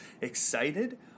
excited